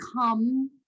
come